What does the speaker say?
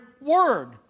word